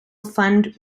fund